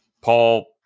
Paul